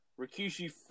Rikishi